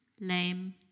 lame